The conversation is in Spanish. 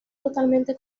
totalmente